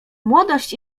młodość